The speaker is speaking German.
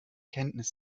kenntnis